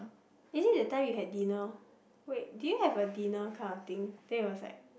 is it that time you had dinner wait do you have a dinner kind of thing then he was like